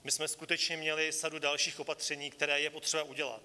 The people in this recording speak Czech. My jsme skutečně měli sadu dalších opatření, která je potřeba udělat.